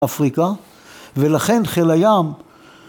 ‫אפריקה, ולכן חיל הים...